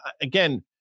again